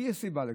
לי יש סיבה לכך.